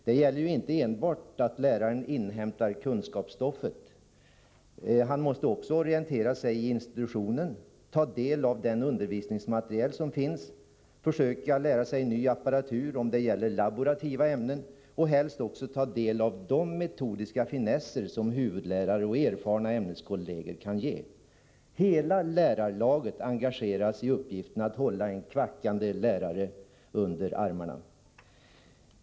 Det gäller ju inte enbart att läraren inhämtar kunskapsstoffet, han måste också orientera sigiinstitutionen, ta del av den undervisningsmateriel som finns, försöka lära sig ny apparatur om det gäller laborativa ämnen och helst också ta del av de metodiska finesser som huvudlärare och erfarna ämneskollegor kan ge. Hela lärarlaget engageras i uppgiften att hålla en ”kvackande” lärare under armarna.